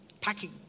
Packing